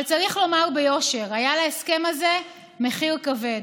אבל צריך לומר ביושר: היה להסכם הזה מחיר כבד.